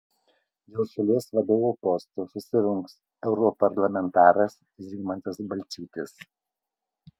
dėl šalies vadovo posto susirungs europarlamentaras zigmantas balčytis